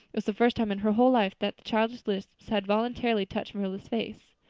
it was the first time in her whole life that childish lips had voluntarily touched marilla's face.